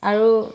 আৰু